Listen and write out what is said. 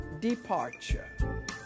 Departure